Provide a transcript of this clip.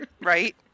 right